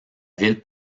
ville